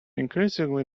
increasing